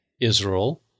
Israel